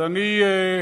אז אני,